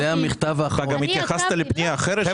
גם התייחסת לפנייה אחרת.